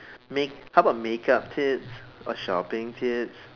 make how about make up tips or shopping tips